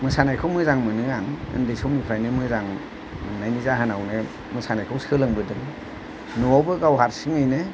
मोसानायखौ मोजां मोनो आं उन्दै समनिफ्रायनो मोजां मोन्नायनि जाहोनावनो मोसानायखौ सोलोंबोदों न'आवबो गाव हारसिङैनो